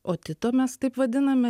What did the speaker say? otito mes taip vadiname